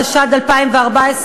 התשע"ד 2014,